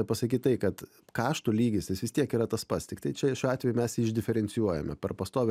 pasakyt tai kad kaštų lygis jis vis tiek yra tas pats tiktai čia šiuo atveju mes jį išdiferencijuojame per pastovią